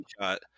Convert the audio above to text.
shot